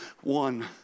one